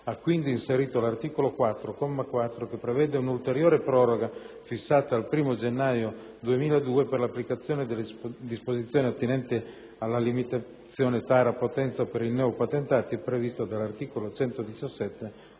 ha quindi inserito l'articolo 4, comma 4, che prevede una ulteriore proroga, fissata al 1° gennaio 2009, per l'applicazione delle disposizioni attinenti alla limitazione tara/potenza per i neopatentati prevista dall'articolo 117,